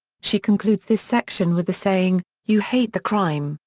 she concludes this section with the saying you hate the crime,